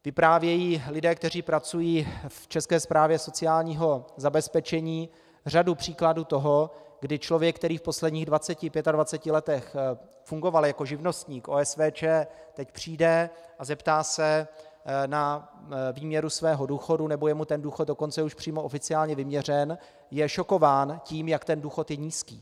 Vyprávějí lidé, kteří pracují v České správě sociálního zabezpečení, řadu příkladů toho, kdy člověk, který v posledních dvaceti pětadvaceti letech fungoval jako živnostník, OSVČ, teď přijde a zeptá se na výměru svého důchodu, nebo je mu ten důchod dokonce už přímo oficiálně vyměřen, je šokován tím, jak ten důchod nízký.